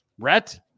Rhett